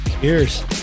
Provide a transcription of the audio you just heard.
Cheers